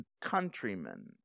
countrymen